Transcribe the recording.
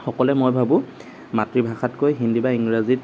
সকলোৱে মই ভাবোঁ মাতৃভাষাতকৈ হিন্দী বা ইংৰাজীত